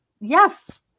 yes